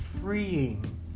freeing